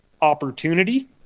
opportunity